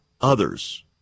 others